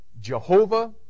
Jehovah